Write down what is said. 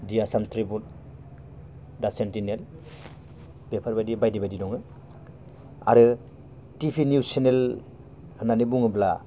D Assam Tribune the Sentinel बेफोरबायदि बायदि बायदि दङ आरो टिभि निउस चेनेल होननानै बुङोब्ला